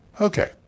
Okay